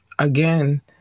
Again